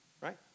Right